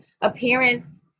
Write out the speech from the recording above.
appearance